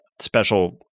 special